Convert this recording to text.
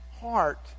heart